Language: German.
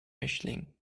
mischling